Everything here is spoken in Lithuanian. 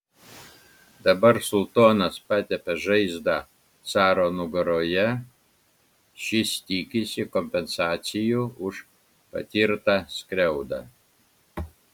dabar sultonas patepė žaizdą caro nugaroje šis tikisi kompensacijų už patirtą skriaudą